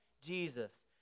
Jesus